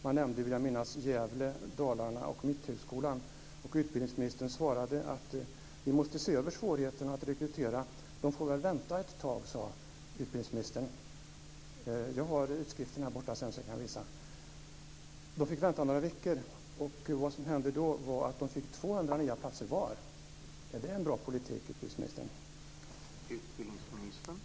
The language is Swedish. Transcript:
Man nämnde, vill jag minnas, Gävle, Dalarna och Mitthögskolan. Utbildningsministern svarade: Vi måste se över svårigheterna att rekrytera. Man får väl vänta ett tag. Jag har en utskrift från sändningen, som jag kan visa. Högskolorna fick vänta några veckor. Det som hände var att de fick 200 platser var. Är det en bra politik, utbildningsministern?